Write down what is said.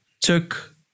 took